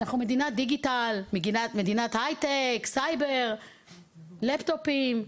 אנחנו מדינת דיגיטל, מדינת הייטק, סייבר, לפטומים.